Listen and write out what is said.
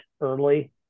early